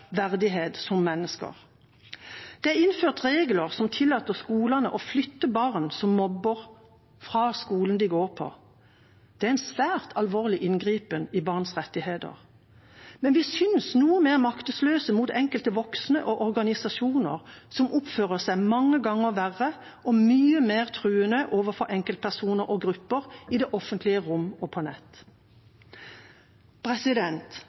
verdighet som mennesker. Det er innført regler som tillater skolene å flytte barn som mobber, fra skolen de går på. Det er en svært alvorlig inngripen i barns rettigheter. Men vi synes noe mer maktesløse mot enkelte voksne og organisasjoner som oppfører seg mange ganger verre og mye mer truende overfor enkeltpersoner og grupper i det offentlige rom og på